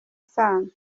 isano